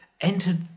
entered